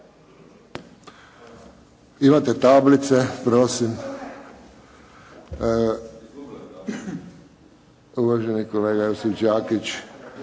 Imate tablice. Uvaženi kolega Josip Đakić.